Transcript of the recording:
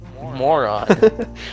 moron